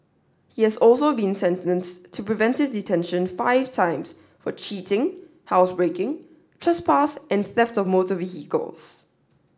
he has also been sentenced to preventive detention five times for cheating housebreaking trespass and theft of motor vehicles